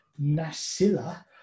Nasilla